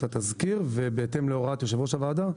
התזכיר ובהתאם להוראת יושב-ראש הוועדה,